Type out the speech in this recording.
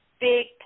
big